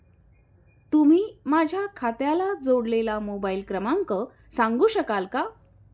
तुम्ही माझ्या खात्याला जोडलेला मोबाइल क्रमांक सांगू शकाल का?